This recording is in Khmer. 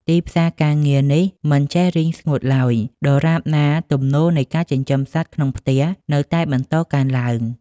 ទីផ្សារការងារនេះមិនចេះរីងស្ងួតឡើយ ដរាបណាទំនោរនៃការចិញ្ចឹមសត្វក្នុងផ្ទះ នៅតែបន្តកើនឡើង។